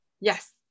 yes